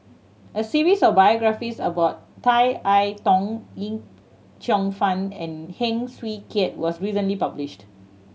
a series of biographies about Tan I Tong Yip Cheong Fun and Heng Swee Keat was recently published